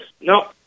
no